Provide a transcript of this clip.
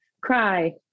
cry